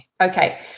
Okay